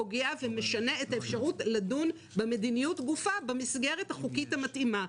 פוגע או משנה את האפשרות לדון במדיניות גופה במסגרת החוקית המתאימה.